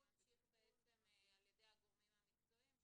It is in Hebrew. של להמשיך בעצם על ידי הגורמים המקצועיים,